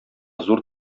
зур